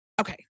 okay